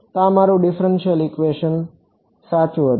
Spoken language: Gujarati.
તો આ મારું ડિફ્રેંશિયલ ઇક્વેશન સાચું હતું